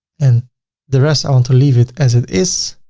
and the rest i want to leave it as it is.